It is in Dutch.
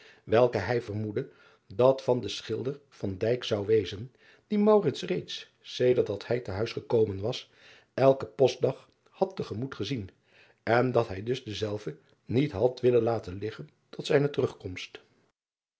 welke hij vermoedde dat van den schilder zou wezen dien reeds sedert dat hij te huis gekomen was elken postdag had te gemoet gezien en dat hij dus denzelven niet had willen laten liggen tot zijne terugkomst